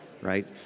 right